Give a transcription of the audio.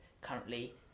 currently